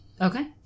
Okay